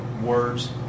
words